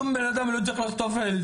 שום בן אדם לא צריך לחטוף את זה,